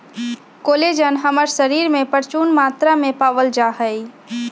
collagen हमर शरीर में परचून मात्रा में पावल जा हई